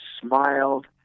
smiled